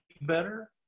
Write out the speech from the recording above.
better